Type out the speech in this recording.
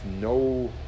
no